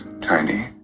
tiny